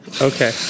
Okay